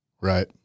Right